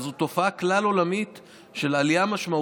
אבל זו תופעה כלל-עולמית של עלייה משמעותית.